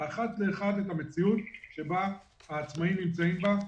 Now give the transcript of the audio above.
אחד לאחד את המציאות שבה העצמאיים נמצאים בה,